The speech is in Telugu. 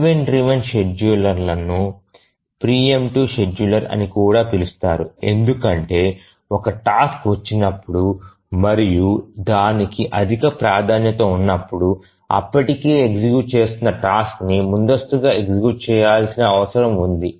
ఈవెంట్ డ్రివెన్ షెడ్యూలర్లను ప్రీ ఎమ్ప్టివ్ షెడ్యూలర్లు అని కూడా పిలుస్తారు ఎందుకంటే ఒక టాస్క్ వచ్చినప్పుడు మరియు దానికి అధిక ప్రాధాన్యత ఉన్నపుడు అప్పటికే ఎగ్జిక్యూట్ చేస్తున్న టాస్క్ ని ముందస్తుగా ఎగ్జిక్యూట్ చేయాల్సిన అవసరం ఉంది